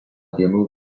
dienų